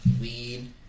weed